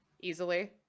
Easily